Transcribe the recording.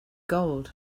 gold